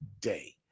day